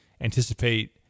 anticipate